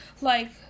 like-